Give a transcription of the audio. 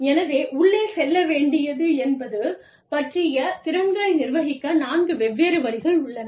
எனவே உள்ளே செல்ல வேண்டியது என்பது பற்றிய திறன்களை நிர்வகிக்க நான்கு வெவ்வேறு வழிகள் உள்ளன